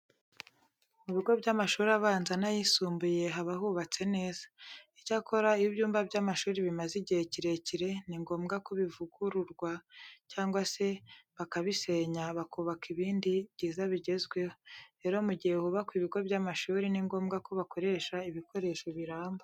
Mu bigo by'amashuri abanza n'ayisumbuye haba hubatse neza. Icyakora iyo ibyumba by'amashuri bimaze igihe kirekire ni ngombwa ko bivugururwa cyangwa se bakabisenya bakubaka ibindi byiza bigezweho. Rero mu gihe hubakwa ibigo by'amashuri ni ngombwa ko bakoresha ibikoresho biramba.